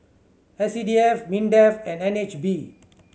S C D F MINDEF and N H B